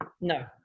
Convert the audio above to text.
No